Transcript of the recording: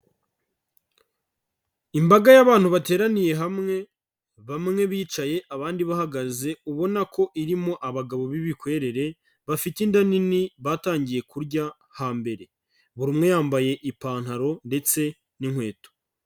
Imbaga y'abantu bateraniye hamwe, bamwe bicaye, abandi bahagaze, ubona ko irimo abagabo b'ibikwerere bafite inda nini batangiye kurya hambere, buri umwe yambaye ipantaro ndetse n'inkweto.